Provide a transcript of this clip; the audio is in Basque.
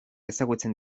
ezagutzen